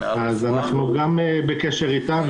אנחנו בקשר אתם,